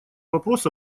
вопрос